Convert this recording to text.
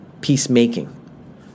peacemaking